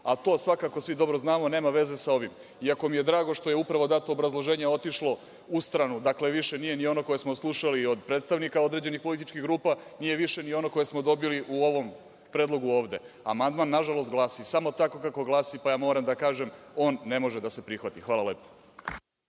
a to svakako svi dobro znamo, nema veze sa ovim, iako mi je drago što je dato obrazloženje otišlo u stranu, dakle više nije ono koje smo slušali od predstavnika određenih političkih grupa, nije više ni ono koje smo dobili u ovom predlogu ovde. Amandman, na žalost, glasi samo tako kako glasi, pa moram da kažem da ne može da se prihvati. **Maja